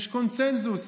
יש קונסנזוס.